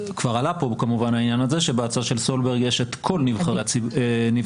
כבר עלה כאן העניין הזה שבהצעה של סולברג יש את כל נבחרי הציבור,